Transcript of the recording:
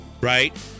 right